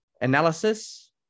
analysis